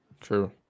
True